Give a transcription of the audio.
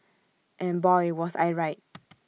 and boy was I right